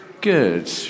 Good